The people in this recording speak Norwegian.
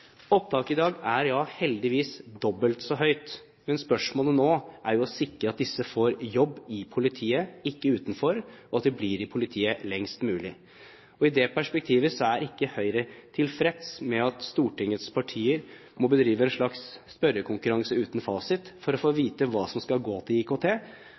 Opptaket i dag er heldigvis dobbelt så høyt. Spørsmålet nå er jo hvordan man sikrer at disse får jobb i politiet og ikke utenfor, og at de blir i politiet lengst mulig. I det perspektivet er ikke Høyre tilfreds med at Stortingets partier må bedrive en slags spørrekonkurranse uten fasit for å få vite hva som skal gå til IKT,